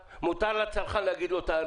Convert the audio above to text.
למה אתה צריך את זה?